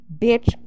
Bitch